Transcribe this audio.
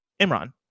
Imran